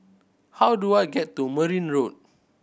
how do I get to Merryn Road